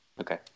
Okay